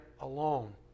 alone